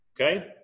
okay